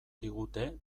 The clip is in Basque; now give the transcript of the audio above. digute